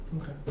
Okay